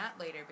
later